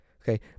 okay